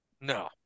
No